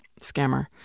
Scammer